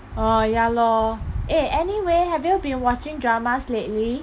orh ya lor eh anyway have you been watching dramas lately